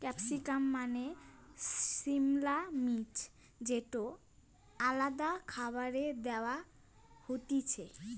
capsicum মানে সিমলা মির্চ যেটো আলাদা খাবারে দেয়া হতিছে